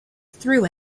through